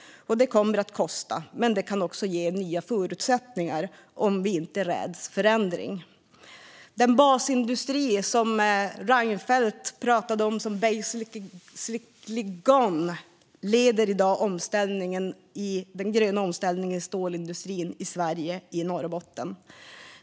Och det kommer att kosta, men det kan också ge nya förutsättningar om vi inte räds förändring. Den basindustri som Reinfeldt pratade om som basically gone leder i dag den gröna omställningen i stålindustrin i Sverige, i Norrbotten.